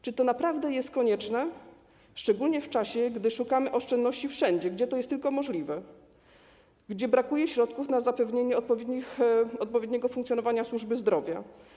Czy to naprawdę jest konieczne, szczególnie w czasie, gdy szukamy oszczędności wszędzie, gdzie tylko jest to możliwe, gdy brakuje środków na zapewnienie odpowiedniego funkcjonowania służby zdrowia?